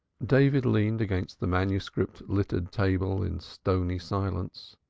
david leaned against the manuscript-littered table in stony silence.